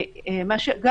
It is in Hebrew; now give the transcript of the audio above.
תודה.